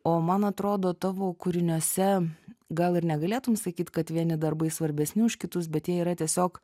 o man atrodo tavo kūriniuose gal ir negalėtum sakyt kad vieni darbai svarbesni už kitus bet jie yra tiesiog